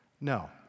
No